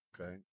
Okay